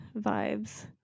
vibes